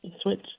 switch